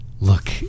look